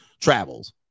Travels